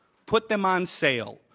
put them on sale,